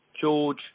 George